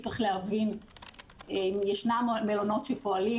צריך להבין שישנם מלונות שפועלים.